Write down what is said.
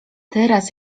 teraz